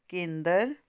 ਕੇਂਦਰ